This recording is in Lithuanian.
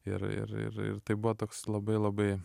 ir ir ir ir tai buvo toks labai labai